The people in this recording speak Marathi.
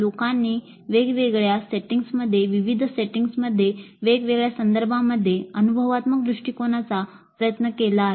लोकांनी वेगवेगळ्या सेटिंग्जमध्ये विविध सेटिंग्जमध्ये वेगवेगळ्या संदर्भांमध्ये अनुभवात्मक दृष्टिकोनाचा प्रयत्न केला आहे